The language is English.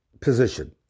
position